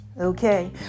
okay